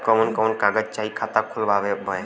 कवन कवन कागज चाही खाता खोलवावे मै?